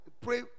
pray